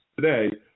today